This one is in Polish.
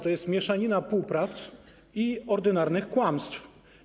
To jest mieszanina półprawd i ordynarnych kłamstw.